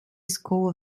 school